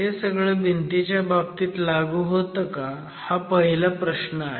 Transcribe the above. हे सगळं भिंतीच्या बाबतीत लागू होतं का हा पहिला प्रश्न आहे